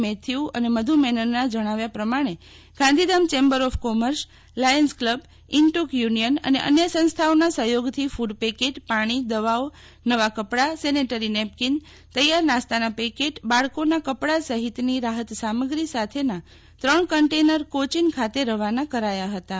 Matthew અને મધુ મેનનના જણાવ્યા પ્રમાણે Gandhidham chamber of commerce lions club INTUC union અને અન્ય સંસ્થાઓના સહયોગથી ફૂડ પેકેટ પાણી દવાઓ નવા કપડાં સેનેટરી નેપ્કિન તૈયાર નાસ્તાનાં પેકેટ બાળકોનાં કપડાં સહિતની રાહત સામત્રી સાથેનાં ત્રણ કન્ટેનર આજે કોચીન ખાતે રવાના કરાયાં હતાં